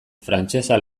frantsesa